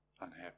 unhappy